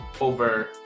over